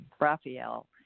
Raphael